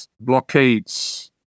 blockades